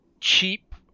cheap